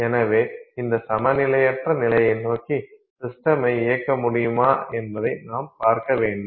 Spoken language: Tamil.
எனவே இந்த சமநிலையற்ற நிலையை நோக்கி சிஸ்டமை இயக்க முடியுமா என்பதை நாம் பார்க்க வேண்டும்